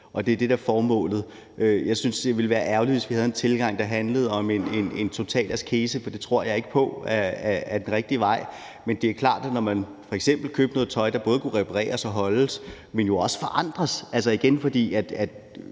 der er formålet. Jeg synes, det ville være ærgerligt, hvis vi havde en tilgang, der handlede om en total askese, for det tror jeg ikke på er den rigtige vej. Men det er klart, at man f.eks. kunne købe noget tøj, der både kunne repareres og holdes, men jo også forandres, altså igen, fordi